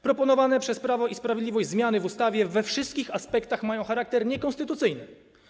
Proponowane przez Prawo i Sprawiedliwość zmiany w ustawie we wszystkich aspektach mają charakter niekonstytucyjny.